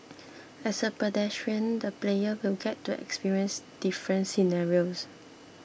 as a pedestrian the player will get to experience different scenarios